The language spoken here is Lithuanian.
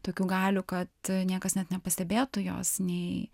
tokių galių kad niekas net nepastebėtų jos nei